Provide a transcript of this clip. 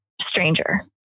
stranger